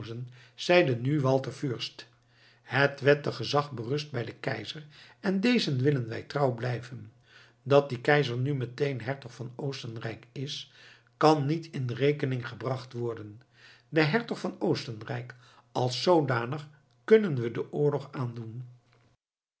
zeide nu walter fürst het wettig gezag berust bij den keizer en dezen willen wij trouw blijven dat die keizer nu meteen hertog van oostenrijk is kan niet in rekening gebracht worden den hertog van oostenrijk als zoodanig kunnen we den oorlog aandoen